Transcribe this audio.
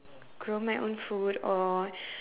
grow my own food or